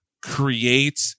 create